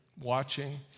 watching